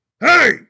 Hey